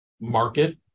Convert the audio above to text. market